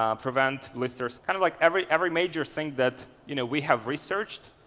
um prevent blisters, kind of like every every major thing that you know we have researched,